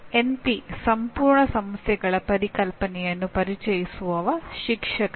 NP ಸಂಪೂರ್ಣ ಸಮಸ್ಯೆಗಳ ಪರಿಕಲ್ಪನೆಯನ್ನು ಪರಿಚಯಿಸುವವ ಶಿಕ್ಷಕನೇ